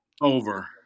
Over